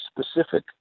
specific